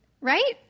Right